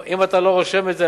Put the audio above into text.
אם אתה לא רושם את זה,